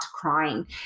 crying